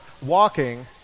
Walking